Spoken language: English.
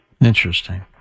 Interesting